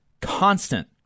constant